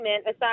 aside